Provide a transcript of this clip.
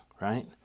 right